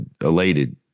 elated